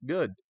Good